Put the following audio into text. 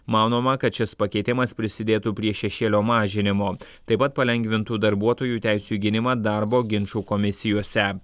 manoma kad šis pakeitimas prisidėtų prie šešėlio mažinimo taip pat palengvintų darbuotojų teisių gynimą darbo ginčų komisijose